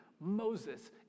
Moses